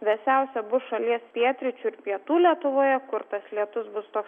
vėsiausia bus šalies pietryčių ir pietų lietuvoje kur tas lietus bus toks